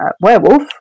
werewolf